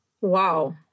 Wow